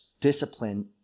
discipline